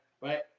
right